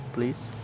Please